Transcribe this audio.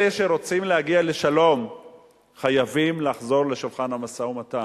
אלה שרוצים להגיע לשלום חייבים לחזור לשולחן המשא-ומתן.